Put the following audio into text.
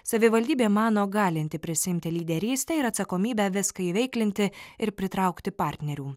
savivaldybė mano galinti prisiimti lyderystę ir atsakomybę viską įveiklinti ir pritraukti partnerių